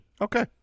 Okay